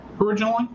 originally